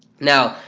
now,